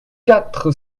quatre